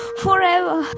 forever